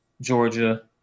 Georgia